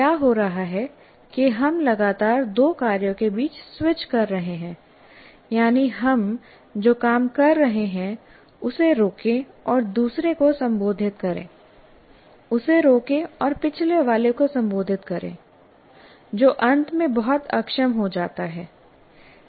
क्या हो रहा है कि हम लगातार दो कार्यों के बीच स्विच कर रहे हैं यानी हम जो काम कर रहे हैं उसे रोकें और दूसरे को संबोधित करें उसे रोकें और पिछले वाले को संबोधित करें जो अंत में बहुत अक्षम हो जाता है